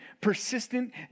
persistent